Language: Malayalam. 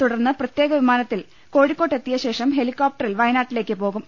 തുടർന്ന് പ്രത്യേക വിമാനത്തിൽ കോഴിക്കോട്ട് എത്തിയശേഷം ഹെലികോപ്ടറിൽ വയനാട്ടിലേക്ക് പോകും